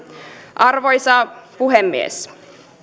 arvoisa puhemies